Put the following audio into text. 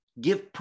give